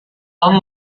tom